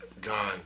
Gone